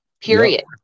Period